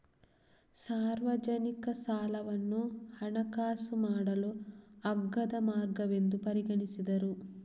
ಸಾರ್ವಜನಿಕ ಸಾಲವನ್ನು ಹಣಕಾಸು ಮಾಡಲು ಅಗ್ಗದ ಮಾರ್ಗವೆಂದು ಪರಿಗಣಿಸಿದರು